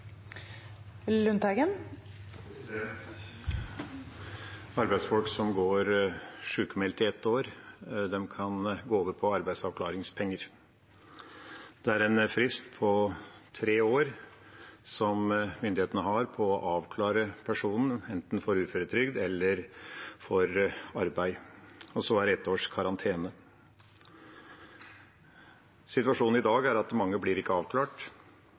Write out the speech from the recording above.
etterpå! Arbeidsfolk som går sjukmeldt i ett år, kan gå over på arbeidsavklaringspenger. Myndighetene har en frist på tre år på å avklare personen, enten for uføretrygd eller for arbeid, og så er det ett års karantene. Situasjonen i dag er at mange ikke blir avklart, og de er ikke sjøl ansvarlige for at de ikke blir avklart.